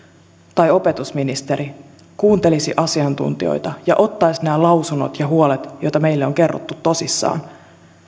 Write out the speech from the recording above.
tai opetusministeri kuuntelisi asiantuntijoita ja ottaisi nämä lausunnot ja huolet joita meille on kerrottu tosissaan